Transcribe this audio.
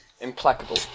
Implacable